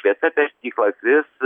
vieta stiklą vis